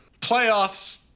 Playoffs